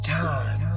time